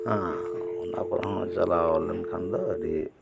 ᱚᱱᱟ ᱠᱚᱨᱮ ᱦᱚᱸ ᱪᱟᱞᱟᱣ ᱞᱮᱱᱠᱷᱟᱱ ᱫᱚ ᱟᱹᱰᱤ